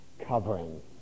covering